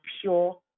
pure